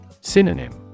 Synonym